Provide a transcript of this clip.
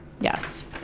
Yes